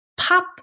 pop